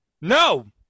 No